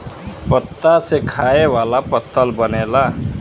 पत्ता से खाए वाला पत्तल बनेला